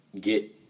get